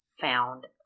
found